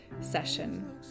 session